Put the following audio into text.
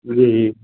جی جی